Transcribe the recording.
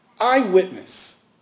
eyewitness